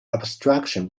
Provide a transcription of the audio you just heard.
abstraction